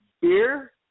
Beer